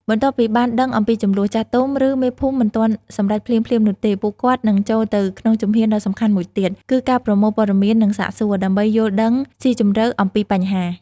បន្ទាប់ពីបានដឹងអំពីជម្លោះ ចាស់ទុំ ឬមេភូមិ មិនទាន់សម្រេចភ្លាមៗនោះទេ។ ពួកគាត់នឹងចូលទៅក្នុងជំហានដ៏សំខាន់មួយទៀត គឺការប្រមូលព័ត៌មាន និងសាកសួរ ដើម្បីយល់ដឹងស៊ីជម្រៅអំពីបញ្ហា។